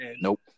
nope